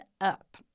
up